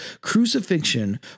Crucifixion